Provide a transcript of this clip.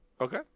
Okay